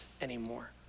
anymore